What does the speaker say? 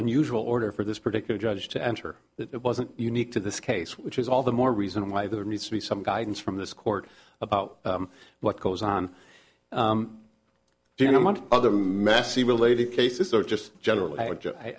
unusual order for this particular judge to enter it wasn't unique to this case which is all the more reason why there needs to be some guidance from this court about what goes on during the month other messy related cases or just general